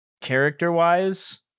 Character-wise